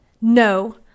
No